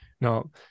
No